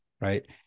right